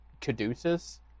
Caduceus